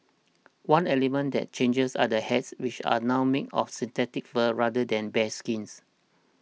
one element that changed are the hats which are now made of synthetic fur rather than bearskins